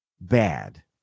bad